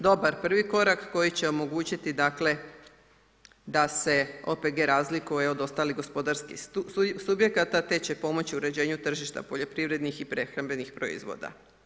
Dobar prvi korak koji će omogućiti, dakle, da se OPG razlikuje od ostalih gospodarskih subjekata, te će pomoći uređenju tržišta poljoprivrednih i prehrambenih proizvoda.